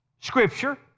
scripture